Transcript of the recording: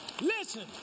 Listen